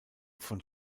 von